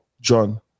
John